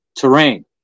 terrain